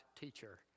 teacher